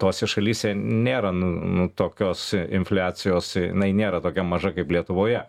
tose šalyse nėra nu nu tokios infliacijos jinai nėra tokia maža kaip lietuvoje